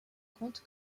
compte